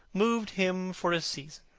moved him for a season